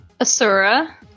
Asura